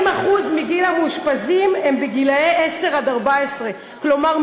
40% מהמאושפזים הם גילאי 10 14. כלומר,